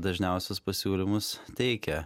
dažniausius pasiūlymus teikia